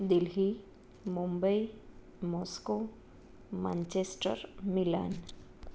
Delhi Mumbai Moscow Manchester Milan